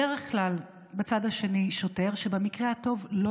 בדרך כלל בצד השני שוטר שבמקרה הטוב לא